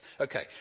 okay